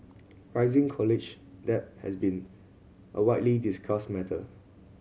rising college debt has been a widely discussed matter